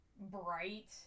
bright